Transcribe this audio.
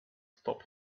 stop